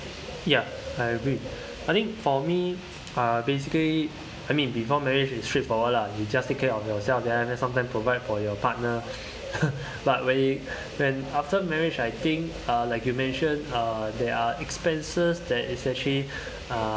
ya I agree I think for me uh basically I mean before marriage is straightforward lah you just take care of yourself there and then sometimes provide for your partner but when when after marriage I think uh like you mention uh there are expenses that is actually uh